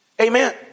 Amen